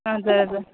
हजुर हजुर